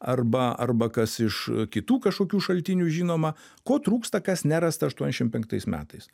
arba arba kas iš kitų kažkokių šaltinių žinoma ko trūksta kas nerasta aštuoniasdešimt penktais metais